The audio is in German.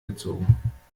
gezogen